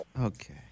Okay